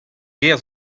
gêr